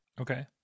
Okay